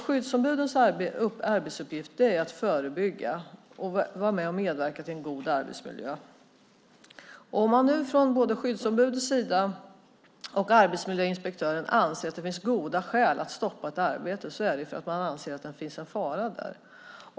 Skyddsombudens arbetsuppgift är att arbeta förebyggande och vara med och medverka till en god arbetsmiljö. Om man nu från både skyddsombudets sida och arbetsmiljöinspektörens sida anser att det finns goda skäl att stoppa ett arbete är det för att de anser att det finns en fara där.